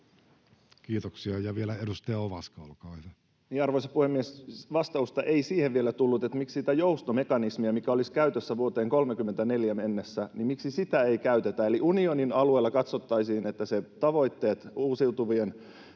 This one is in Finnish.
Kiitoksia. — Ja vielä edustaja Ovaska, olkaa hyvä. Arvoisa puhemies! Vastausta ei siihen vielä tullut, miksi sitä joustomekanismia, mikä olisi käytössä vuoteen 34 mennessä, ei käytetä eli sitä, että unionin alueella katsottaisiin, että tavoitteet SAFin